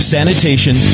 Sanitation